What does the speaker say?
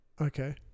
okay